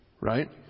Right